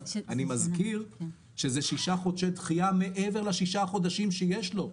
אני גם מזכיר שאלה שישה חודשי דחייה מעבר לשישה חודשים שיש לו,